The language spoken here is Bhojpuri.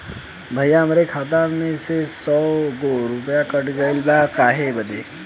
भईया हमरे खाता मे से सौ गो रूपया कट गइल बा काहे बदे?